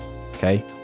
Okay